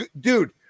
dude